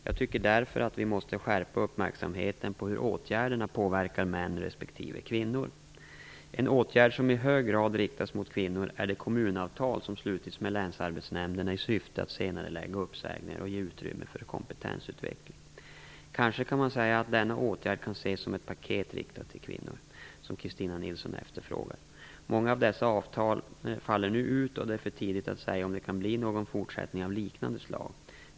Jag tycker därför att vi måste skärpa uppmärksamheten på hur åtgärderna påverkar män respektive kvinnor. En åtgärd som i hög grad riktats mot kvinnor är de kommunavtal som slutits med länsarbetsnämnderna i syfte att senarelägga uppsägningar och ge utrymme för kompetensutveckling. Kanske kan man säga att denna åtgärd kan ses som ett "paket" riktat till kvinnor, som Christin Nilsson efterfrågar. Många av dessa avtal faller nu ut, och det är för tidigt att säga om det kan bli någon fortsättning av liknande slag.